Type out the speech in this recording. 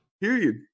period